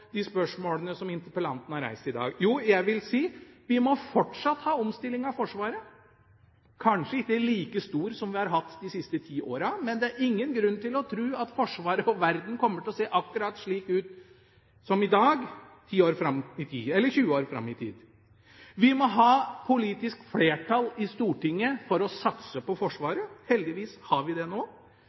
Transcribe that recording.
de spørsmålene som interpellanten har reist i dag? Jeg vil si at vi må fortsatt ha omstilling av Forsvaret, kanskje ikke like stor som vi har hatt de siste ti åra. Men det er ingen grunn til å tru at Forsvaret og verden kommer til å se akkurat slik ut som i dag ti eller 20 år fram i tid. Vi må ha politisk flertall i Stortinget for å satse på Forsvaret. Heldigvis har vi det nå.